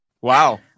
Wow